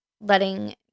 letting